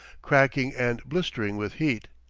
cracking and blistering with heat.